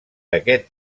aquest